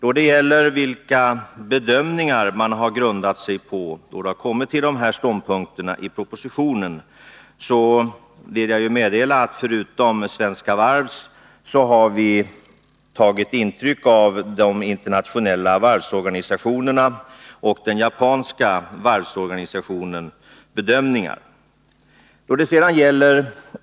Man har också frågat på vilka grunder regeringen har kommit fram till dessa ståndpunkter i propositionen. Förutom av Svenska Varvs bedömningar har vi också tagit intryck av de bedömningar som har gjorts av de internationella varvsorganisationerna och den japanska varvsorganisationen.